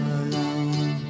alone